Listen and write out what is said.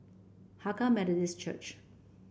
Hakka Methodist Church